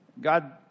God